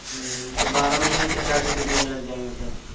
تو بارہ مہینہ کے حساب سے کتنے لگ جائیں گے سر